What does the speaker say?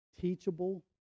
teachable